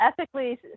ethically